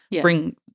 bring